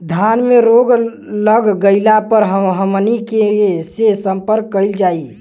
धान में रोग लग गईला पर हमनी के से संपर्क कईल जाई?